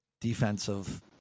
defensive